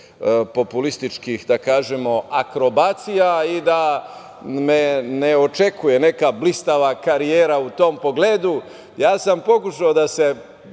populističkih, da kažemo, akrobacija i da me ne očekuje neka blistava karijera u tom pogledu, ja sam pokušao da se